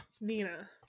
Nina